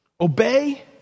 obey